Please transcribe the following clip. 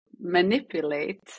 manipulate